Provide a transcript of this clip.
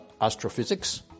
astrophysics